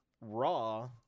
Raw